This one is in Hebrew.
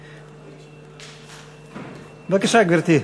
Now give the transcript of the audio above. בבקשה, גברתי.